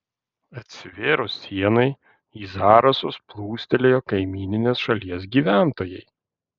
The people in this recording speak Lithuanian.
atsivėrus sienai į zarasus plūstelėjo kaimyninės šalies gyventojai